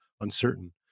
uncertain